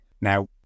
Now